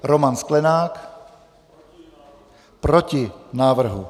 Roman Sklenák: Proti návrhu.